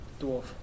Dwarf